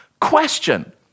question